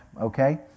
okay